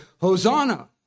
Hosanna